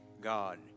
God